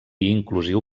inclusiu